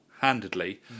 handedly